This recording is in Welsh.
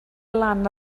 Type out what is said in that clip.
lan